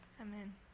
Amen